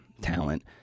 talent